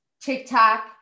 TikTok